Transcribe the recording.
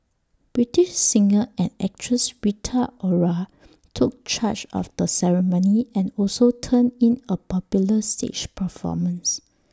British singer and actress Rita Ora took charge of the ceremony and also turned in A popular stage performance